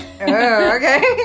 okay